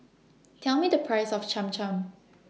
Tell Me The Price of Cham Cham